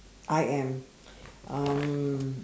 I am um